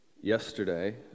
yesterday